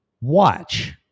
Watch